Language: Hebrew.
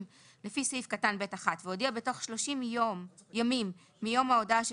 לפי סעיף קטן (ב)(1) והודיע בתוך 30 ימים מיום ההודעה של